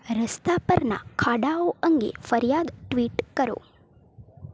રસ્તા પરના ખાડાઓ અંગે ફરિયાદ ટ્વીટ કરો